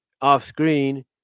off-screen